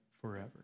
forever